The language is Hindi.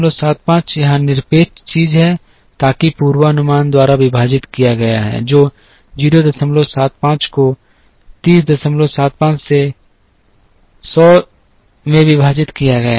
तो 075 यहाँ निरपेक्ष चीज़ है ताकि पूर्वानुमान द्वारा विभाजित किया गया है जो 075 को 3075 से 100 में विभाजित किया गया है